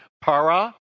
Para